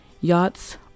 yachts